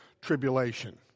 Tribulation